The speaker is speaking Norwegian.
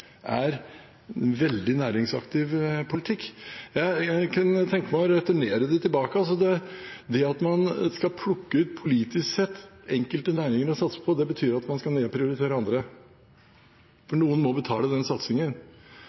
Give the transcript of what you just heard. er veldig næringsaktiv politikk. Jeg kunne tenke meg å returnere det. Det at man politisk sett skal plukke ut og satse på enkelte næringer, betyr jo at man skal nedprioritere andre, for noen må betale den satsingen.